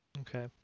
Okay